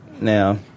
Now